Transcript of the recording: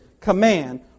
command